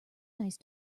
nice